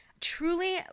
truly